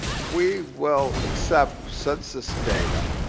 we will accept census data